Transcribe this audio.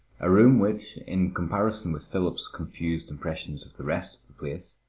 a room which, in comparison with philip's confused impressions of the rest of the place,